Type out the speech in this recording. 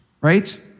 right